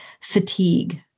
fatigue